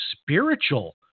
spiritual